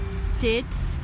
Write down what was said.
states